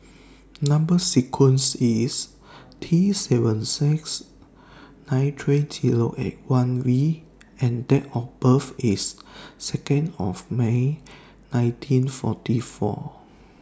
Number sequence IS T seven six nine three Zero eight one V and Date of birth IS Second of May nineteen forty four